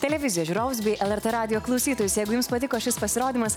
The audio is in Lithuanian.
televizijos žiūrovus bei lrt radijo klausytojus jeigu jums patiko šis pasirodymas